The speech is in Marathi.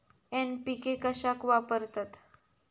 एन.पी.के कशाक वापरतत?